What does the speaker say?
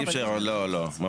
לא, לא.